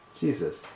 Jesus